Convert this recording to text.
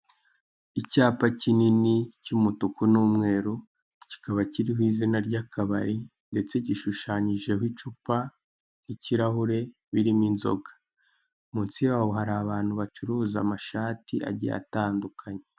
Icyapa kinini cy'umutuku n'umweru kikaba kiriho izina ry'akabari ndeyse gishushanyijeho icupa, n'ikirahuri birimo inzoga munsi yaho hari abatu bacuruza amashati agiye atandukanye.